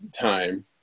time